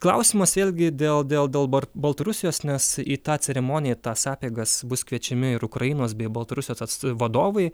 klausimas vėlgi dėl dėl dėl bar baltarusijos nes į tą ceremoniją į tas apeigas bus kviečiami ir ukrainos bei baltarusijos ats vadovai